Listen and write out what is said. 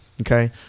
Okay